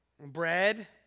bread